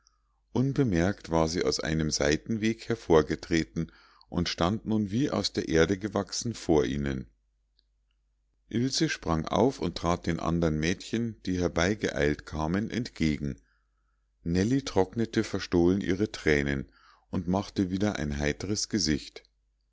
unbemerkt war sie aus einem seitenweg hervorgetreten und stand nun wie aus der erde gewachsen vor ihnen ilse sprang auf und trat den andern mädchen die herbeigeeilt kamen entgegen nellie trocknete verstohlen ihre thränen und machte wieder ein heitres gesicht